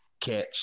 catch